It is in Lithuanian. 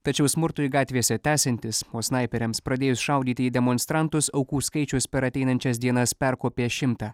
tačiau smurtui gatvėse tęsiantis o snaiperiams pradėjus šaudyti į demonstrantus aukų skaičius per ateinančias dienas perkopė šimtą